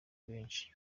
benshi